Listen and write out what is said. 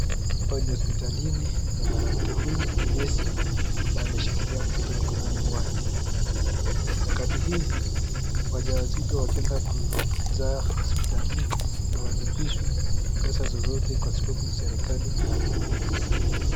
Hapa ni hosipitalini na mwanamke huyu ni nesi ambaye ameshikilia mtoto mikononi kwake. Nyakati hizi wajawazito wakienda kuza hosipitalini, hawalipishwi pesa zozote kwa sababu serekali inawalipa pesa